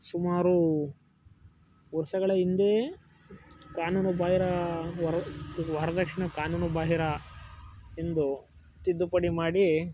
ಸುಮಾರು ವರ್ಷಗಳ ಹಿಂದೆಯೇ ಕಾನೂನು ಬಾಹಿರ ವರ್ ವರದಕ್ಷಿಣೆ ಕಾನೂನು ಬಾಹಿರ ಎಂದು ತಿದ್ದುಪಡಿ ಮಾಡಿ